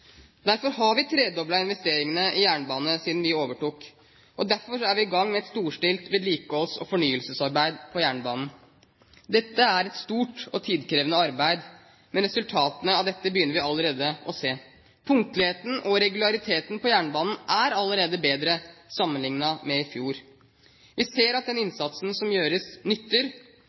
Derfor har vi tredoblet investeringene i jernbane siden vi overtok, og derfor er vi i gang med et storstilt vedlikeholds- og fornyelsesarbeid på jernbanen. Dette er et stort og tidkrevende arbeid, men resultatene av det begynner vi allerede å se. Punktligheten og regulariteten på jernbanen er allerede bedre sammenlignet med i fjor. Vi ser at den innsatsen som gjøres, nytter.